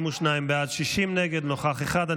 42 בעד, 60 נגד, נוכח אחד.